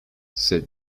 said